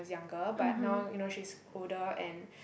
was younger but now you know she's older and